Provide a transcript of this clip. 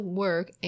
work